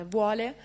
vuole